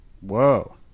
Whoa